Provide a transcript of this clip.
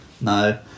No